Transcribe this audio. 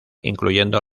incluyendo